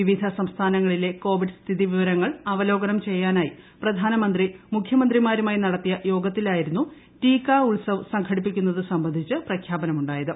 വിവിധ സംസ്ഥാനങ്ങളിലെ കോവിഡ് സ്ഥിതിവിവരങ്ങൾ അവലോകനം ചെയ്യാനായി പ്രധാനമന്ത്രി മുഖ്യമന്ത്രിമാരുമായി നടത്തിയ യോഗത്തിലായിരുന്നു ടീക്കാ ഉത്സവ് സംഘടിപ്പിക്കുന്നത് സംബന്ധിച്ച് പ്രഖ്യാപനം നടത്തിയത്